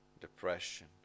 depression